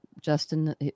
Justin